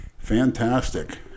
Fantastic